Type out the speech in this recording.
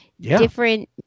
different